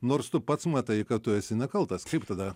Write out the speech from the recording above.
nors tu pats matai kad tu esi nekaltas kaip tada